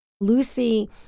Lucy